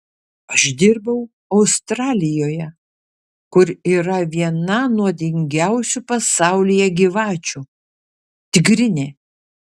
aš dirbau australijoje kur yra viena nuodingiausių pasaulyje gyvačių tigrinė